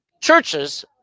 churches